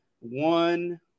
One